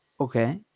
Okay